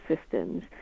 systems